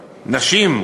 נשים,